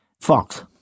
Fox